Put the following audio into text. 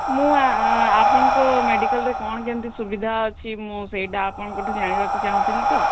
ମୁଁ ଆପଣଙ୍କ ମେଡିକାଲ୍ରେ କ'ଣ କେମିତି ସୁବିଧା ଅଛି ମୁଁ ସେଇଟା ଆପଣଙ୍କଠୁ ଜାଣିବାକୁ ଚାହୁଁଥିଲି ତ